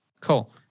Cool